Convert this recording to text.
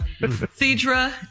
cedra